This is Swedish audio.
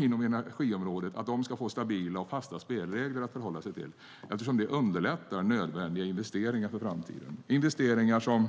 inom energiområdet ska få stabila och fasta spelregler att förhålla sig till, eftersom det underlättar nödvändiga investeringar för framtiden. Det är investeringar som